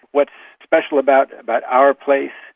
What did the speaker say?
what's special about about our place.